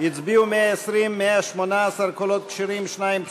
הצביעו 120, 118 קולות כשרים, שניים פסולים,